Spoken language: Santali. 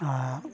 ᱟᱨ